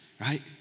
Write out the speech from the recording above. right